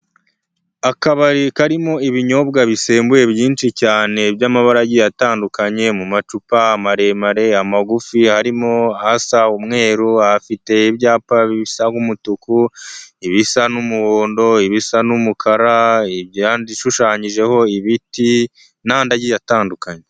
Akabari karimo ibinyobwa bisembuye byinshi cyane by'amabara agiye atandukanye mu macupa maremare amagufi harimo asa umweru, afite ibyapa bisa nk'umutuku, ibisa n'umuhondo, bisa n'umukara, ashushanyijeho ibiti, n'andi agiye atandukanye.